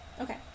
Okay